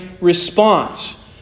response